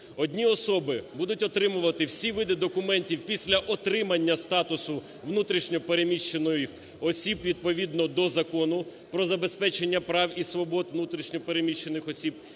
Одні особи будуть отримувати всі види документів після отримання статусу внутрішньо переміщених осіб відповідно до Закону "Про забезпечення прав і свобод внутрішньо переміщених осіб".